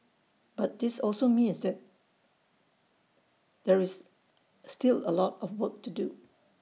but this also means there there is still A lot of work to do